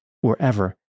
wherever